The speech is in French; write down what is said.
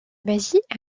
magie